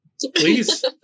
Please